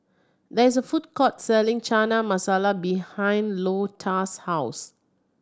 there is a food court selling Chana Masala behind Lota's house